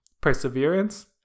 perseverance